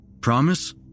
Promise